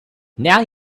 now